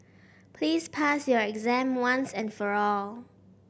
please pass your exam once and for all